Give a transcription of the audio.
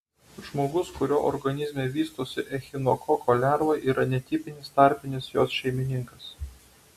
žmogus kurio organizme vystosi echinokoko lerva yra netipinis tarpinis jos šeimininkas